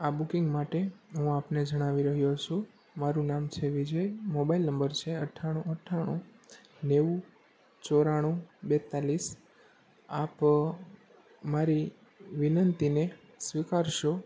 આ બુકિંગ માટે હું આપને જણાવી રહ્યો છું મારું નામ છે વિજય મોબાઈલ નંબર છે અઠ્ઠાણું અઠ્ઠાણું નેવું ચોરાણું બેતાળીસ આપ મારી વિનંતીને સ્વીકારશો